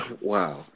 Wow